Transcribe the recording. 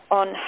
on